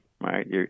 right